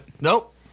Nope